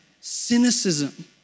cynicism